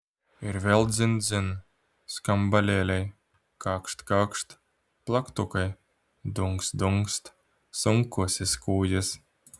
ir vėl dzin dzin skambalėliai kakšt kakšt plaktukai dunkst dunkst sunkusis kūjis